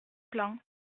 plan